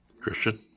Christian